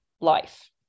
Life